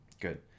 Good